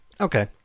Okay